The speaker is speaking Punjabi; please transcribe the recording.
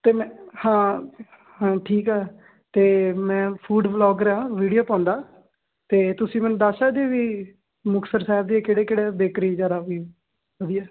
ਅਤੇ ਮੈਂ ਹਾਂ ਹਾਂ ਠੀਕ ਆ ਅਤੇ ਮੈਂ ਫੂਡ ਵਲੋਗਰ ਹਾਂ ਵੀਡੀਓ ਪਾਉਂਦਾ ਅਤੇ ਤੁਸੀਂ ਮੈਨੂੰ ਦੱਸ ਸਕਦੇ ਵੀ ਮੁਕਤਸਰ ਸਾਹਿਬ ਦੇ ਕਿਹੜੇ ਕਿਹੜੇ ਬੇਕਰੀ ਵਗੈਰਾ ਵੀ ਵਧੀਆ